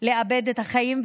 לאבד את החיים.